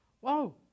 whoa